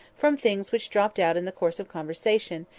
from things which dropped out in the course of conversation,